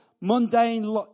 mundane